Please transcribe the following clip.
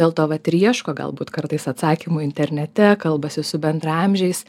dėl to vat ir ieško galbūt kartais atsakymų internete kalbasi su bendraamžiais